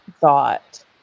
thought